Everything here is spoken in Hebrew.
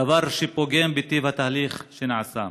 דבר שפוגם בטיב התהליך שנעשה.